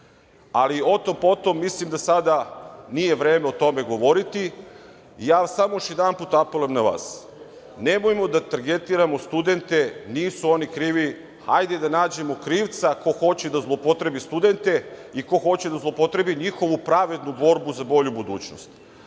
ali o tom, potom. Mislim da sada nije vreme o tome govoriti.21/1 TĐ/MP 13.25 – 13.35Samo još jednom apelujem na vas - nemojmo da targetiramo studente, nisu oni krivi. Ajde da nađemo krivca, ko hoće da zloupotrebi studente i ko hoće da zloupotrebi njihovu pravednu borbu za bolju budućnost,